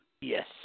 Yes